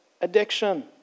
addiction